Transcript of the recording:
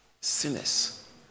Sinners